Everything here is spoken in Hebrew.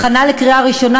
הכנה לקריאה ראשונה,